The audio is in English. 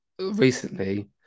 recently